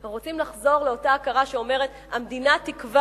אנחנו רוצים לחזור לאותה הכרה שאומרת: המדינה תקבע